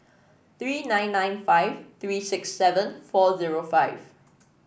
three nine nine five three six seven four zero five